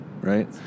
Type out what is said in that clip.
right